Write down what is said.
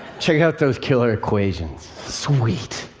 check out those killer equations. sweet.